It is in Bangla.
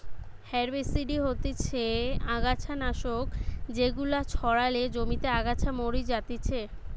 হেরবিসিডি হতিছে অগাছা নাশক যেগুলা ছড়ালে জমিতে আগাছা মরি যাতিছে